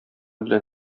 белән